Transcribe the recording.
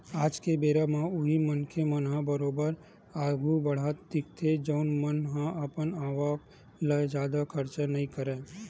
आज के बेरा म उही मनखे मन ह बरोबर आघु बड़हत दिखथे जउन मन ह अपन आवक ले जादा खरचा नइ करय